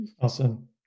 Awesome